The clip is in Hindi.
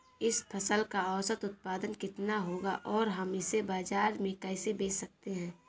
इस फसल का औसत उत्पादन कितना होगा और हम इसे बाजार में कैसे बेच सकते हैं?